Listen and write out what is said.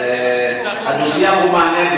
הדו-שיח הוא מעניין,